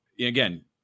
Again